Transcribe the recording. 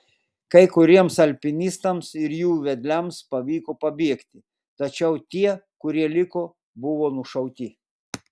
kai kuriems alpinistams ir jų vedliams pavyko pabėgti tačiau tie kurie liko buvo nušauti